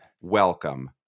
welcome